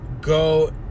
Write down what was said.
go